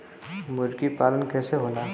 मुर्गी पालन कैसे होला?